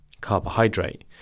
carbohydrate